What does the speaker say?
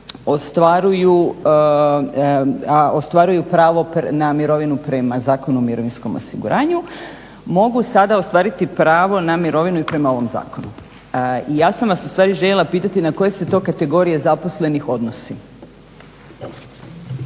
ostvaruju pravo na mirovinu prema Zakonu o mirovinskom osiguranju, mogu sada ostvariti pravo na mirovinu i prema ovom zakonu. Ja sam vas ustvari željela pitati na koje se to kategorije zaposlenih odnosi.